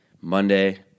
Monday